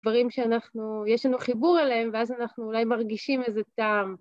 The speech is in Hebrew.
דברים שאנחנו, יש לנו חיבור אליהם ואז אנחנו אולי מרגישים איזה טעם.